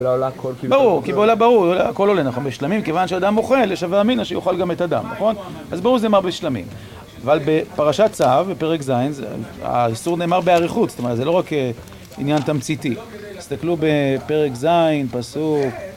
ברור, כי בעולה ברור, הכל עולה, אנחנו משלמים, כיוון שאדם אוכל, יש אברהמינה שאוכל גם את אדם, נכון? אז ברור זה אמר בשלמים. אבל בפרשת צו, בפרק זין, האיסור נאמר באריכות, זאת אומרת, זה לא רק עניין תמציתי. תסתכלו בפרק זין, פסוק...